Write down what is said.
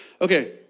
Okay